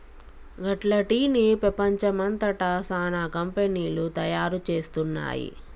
గట్ల టీ ని పెపంచం అంతట సానా కంపెనీలు తయారు చేస్తున్నాయి